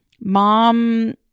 mom